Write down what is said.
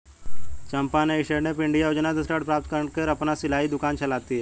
चंपा ने stand up India योजना से ऋण प्राप्त कर अपना सिलाई दुकान चलाती है